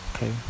Okay